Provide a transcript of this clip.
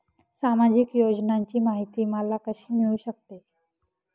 सामाजिक योजनांची माहिती मला कशी मिळू शकते?